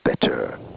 better